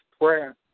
prayer